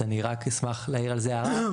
אז אני רק אשמח להעיר על זה הערה.